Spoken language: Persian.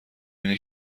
اینه